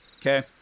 Okay